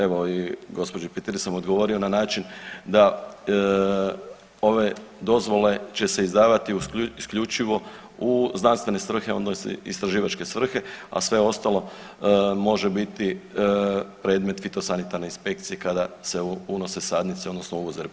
Evo i gospođi Petir sam odgovorio na način da ove dozvole će se izdavati isključivo u znanstvene svrhe odnosno istraživačke svrhe, a sve ostalo može biti predmet fitosanitarne inspekcije kada se unose sadnice odnosno uvoze u RH.